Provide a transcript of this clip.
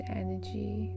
energy